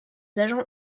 agents